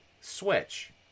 Switch